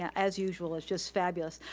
as usual, it's just fabulous.